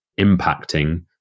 impacting